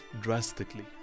drastically